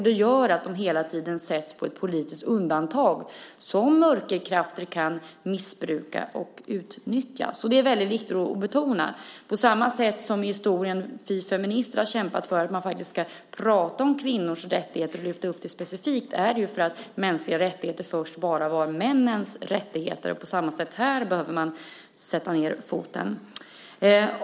Det gör att de hela tiden sätts på politiskt undantag som mörkerkrafter kan missbruka och utnyttja. Det är viktigt att betona. På samma sätt som vi feminister i historien har kämpat för att man ska prata om kvinnors rättigheter och lyfta upp dem specifikt, för att mänskliga rättigheter först bara var männens rättigheter, behöver man här sätta ned foten.